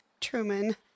Truman